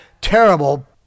terrible